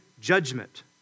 judgment